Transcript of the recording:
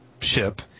ship